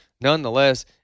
Nonetheless